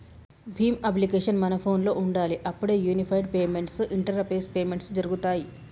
Bhim application మన ఫోనులో ఉండాలి అప్పుడే యూనిఫైడ్ పేమెంట్స్ ఇంటరపేస్ పేమెంట్స్ జరుగుతాయ్